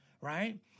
right